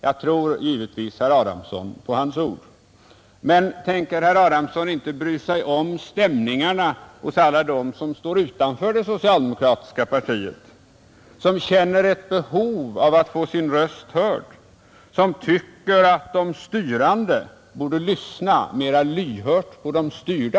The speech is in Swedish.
Jag tror givetvis herr Adamsson på hans ord. Men tänker han inte bry sig om stämningar hos alla dem som står utanför det socialdemokratiska partiet, som känner ett behov av att få göra sin röst hörd och som tycker att de styrande borde lyssna mera lyhört till de styrda?